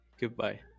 goodbye